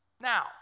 Now